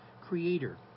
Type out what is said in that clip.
creator